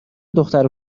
دختر